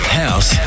house